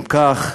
אם כך,